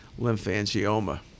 lymphangioma